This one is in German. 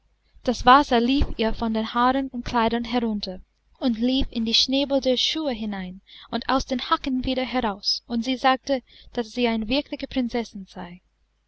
das wasser lief ihr von den haaren und kleidern herunter und lief in die schnäbel der schuhe hinein und aus den hacken wieder heraus und sie sagte daß sie eine wirkliche prinzessin sei